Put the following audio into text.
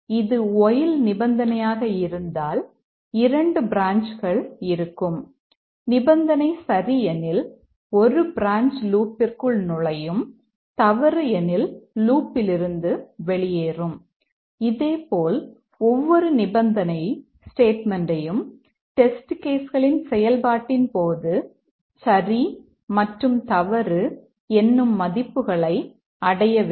இது வொயில்களின் செயல்பாட்டின் போது சரி மற்றும் தவறு என்னும் மதிப்புகளை அடைய வேண்டும்